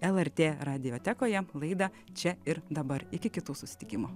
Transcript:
lrt radiotekoje laidą čia ir dabar iki kitų susitikimų